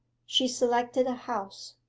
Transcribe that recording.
she selected a house.